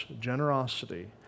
generosity